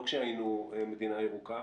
לא כשהיינו מדינה ירוקה,